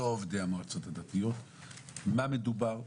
לא עובדי המועצות הדתיות - מה מדובר?